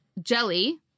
Jelly